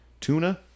Tuna